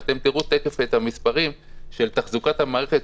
תראו תכף את המספרים של תחזוקת המערכת,